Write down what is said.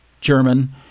German